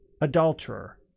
adulterer